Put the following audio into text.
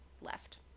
left